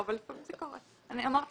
אמרתי